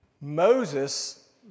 Moses